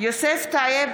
בהצבעה יוסף טייב,